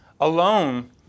alone